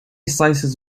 slices